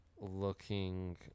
Looking